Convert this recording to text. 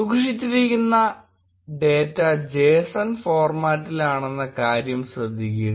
സൂക്ഷിച്ചിരിക്കുന്ന data JSON ഫോർമാറ്റിലാണെന്ന കാര്യം ശ്രദ്ധിക്കുക